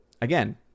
again